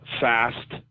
fast